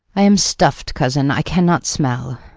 i am stuffed, cousin, i cannot smell.